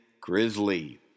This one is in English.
Grizzly